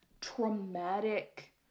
traumatic